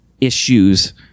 issues